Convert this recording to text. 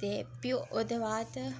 ते फ्ही ओह्दे बाद